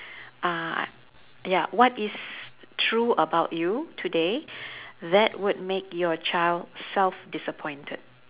uh ya what is true about you today that would make your child self disappointed